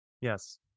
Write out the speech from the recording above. Yes